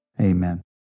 Amen